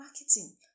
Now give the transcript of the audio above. marketing